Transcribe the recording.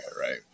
right